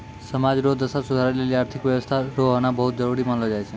समाज रो दशा सुधारै लेली आर्थिक व्यवस्था रो होना बहुत जरूरी मानलौ जाय छै